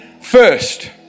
first